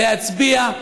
להצביע,